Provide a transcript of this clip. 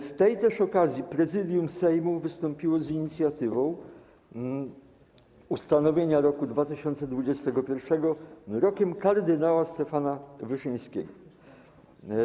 Z tej okazji Prezydium Sejmu wystąpiło z inicjatywą ustanowienia roku 2021 Rokiem kardynała Stefana Wyszyńskiego.